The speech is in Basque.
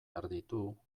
erditu